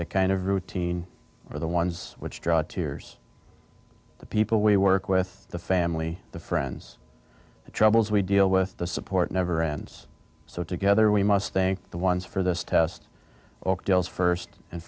it kind of routine are the ones which draw two years the people we work with the family the friends the troubles we deal with the support never ends so together we must think the ones for this test or first and